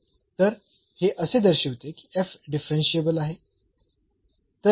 तर हे असे दर्शविते की डिफरन्शियेबल आहे